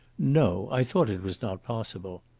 no? i thought it was not possible.